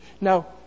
Now